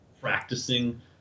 practicing